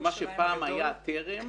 מה שפעם היה טרם